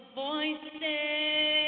voices